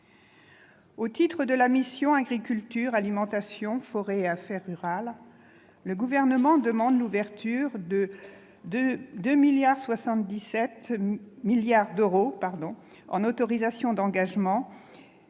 Au titre de la mission « Agriculture, alimentation, forêt et affaires rurales », le Gouvernement demande l'ouverture de 2,77 milliards d'euros en autorisations d'engagement